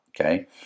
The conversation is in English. okay